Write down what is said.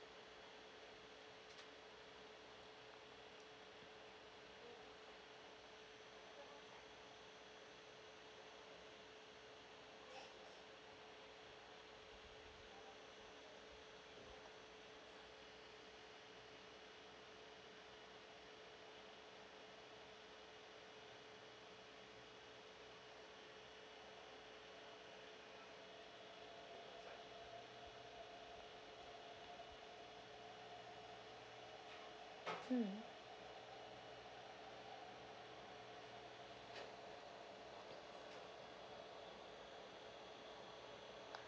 mm